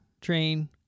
train